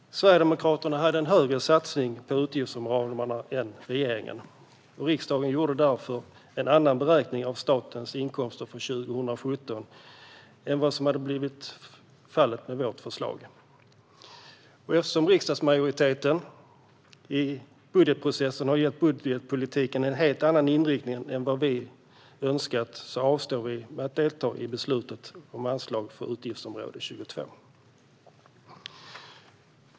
Herr talman! Sverigedemokraterna hade en högre satsning på utgiftsramarna än regeringen. Riksdagen gjorde därmed en annan beräkning av statens inkomster för 2017 än vad som hade blivit fallet med vårt förslag. Eftersom riksdagsmajoriteten i budgetprocessen har gett budgetpolitiken en helt annan inriktning än den Sverigedemokraterna önskat avstår vi från att delta i beslutet om anslag inom utgiftsområde 22.